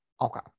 Okay